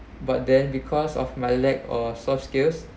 but then because of my lack of soft skills